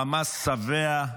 חמאס שבע,